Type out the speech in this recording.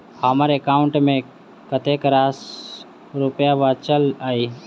हम्मर एकाउंट मे कतेक रास रुपया बाचल अई?